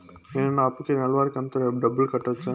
నేను నా అప్పుకి నెలవారి కంతు డబ్బులు కట్టొచ్చా?